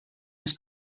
was